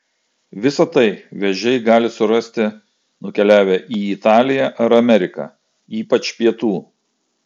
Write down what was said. visa tai vėžiai gali surasti nukeliavę į italiją ar ameriką ypač pietų